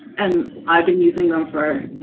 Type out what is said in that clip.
and i've been using them for